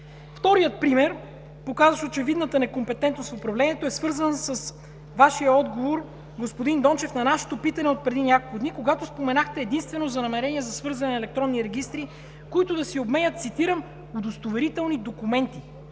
Вторият пример, показващ очевидната некомпетентност в управлението, е свързан с Вашия отговор, господин Дончев, на наше питане преди няколко дни, когато споменахте единствено за намерение за свързани електронни регистри, които да си обменят, цитирам „удостоверителни документи“.